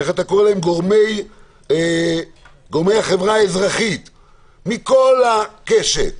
גורמי החברה האזרחית מכל הקשת,